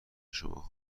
شما